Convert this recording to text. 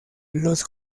los